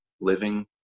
Living